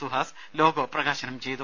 Suhas logo പ്രകാശനം ചെയ്തു